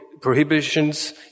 prohibitions